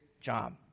job